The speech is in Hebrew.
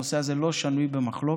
הנושא הזה לא שנוי במחלוקת.